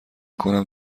کنم